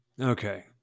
Okay